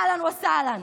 אהלן וסהלן,